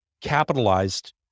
capitalized